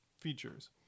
features